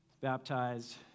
baptized